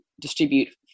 distribute